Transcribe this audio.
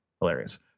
Hilarious